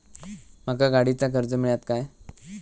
माका गाडीचा कर्ज मिळात काय?